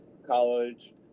college